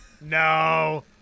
No